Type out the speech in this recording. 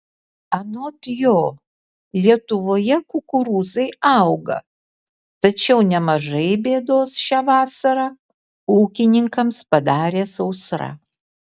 anot jo lietuvoje kukurūzai auga tačiau nemažai bėdos šią vasarą ūkininkams padarė sausra